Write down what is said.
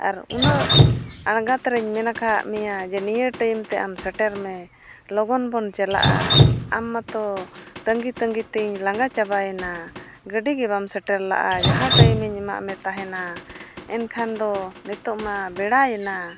ᱟᱨ ᱩᱱᱟᱹᱜ ᱟᱬᱜᱟᱛ ᱨᱮᱧ ᱢᱮᱱ ᱟᱠᱟᱫ ᱢᱮᱭᱟ ᱱᱤᱭᱟᱹ ᱛᱮ ᱟᱢ ᱥᱮᱴᱮᱨ ᱢᱮ ᱞᱚᱜᱚᱱ ᱵᱚᱱ ᱪᱟᱞᱟᱜᱼᱟ ᱟᱢ ᱢᱟᱛᱚ ᱛᱟᱺᱜᱤᱼᱛᱟᱺᱜᱤ ᱛᱮᱧ ᱞᱟᱸᱜᱟ ᱪᱟᱵᱟᱭᱮᱱᱟ ᱜᱟᱹᱰᱤ ᱜᱮᱵᱟᱢ ᱥᱮᱴᱮᱨ ᱞᱮᱫᱼᱟ ᱡᱟᱦᱟᱸ ᱤᱧ ᱮᱢᱟᱫ ᱢᱮ ᱛᱟᱦᱮᱱᱟ ᱮᱱᱠᱷᱟᱱ ᱫᱚ ᱱᱤᱛᱚᱜ ᱢᱟ ᱵᱮᱲᱟᱭᱮᱱᱟ